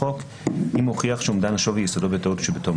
לחוק אם הוכיח שאומדן השווי יסודו בטעות שבתום